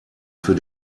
für